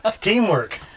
Teamwork